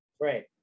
great